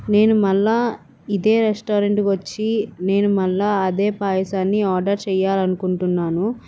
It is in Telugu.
నేను మళ్ళీ ఇదే రెస్టారెంట్కి వచ్చి నేను మళ్ళీ అదే పాయసాన్ని ఆర్డర్ చెయ్యాలి అనుకుంటున్నాను